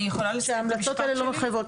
שההמלצות האלה לא מחייבות,